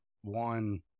one